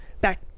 back